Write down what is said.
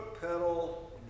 pedal